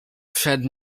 przed